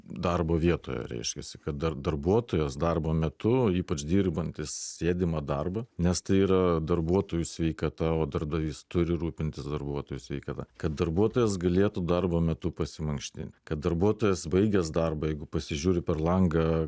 darbo vietoje reiškiasi kad dar darbuotojas darbo metu ypač dirbantis sėdimą darbą nes tai yra darbuotojų sveikata o darbdavys turi rūpintis darbuotojų sveikata kad darbuotojas galėtų darbo metu pasimankštint kad darbuotojas baigęs darbą jeigu pasižiūri per langą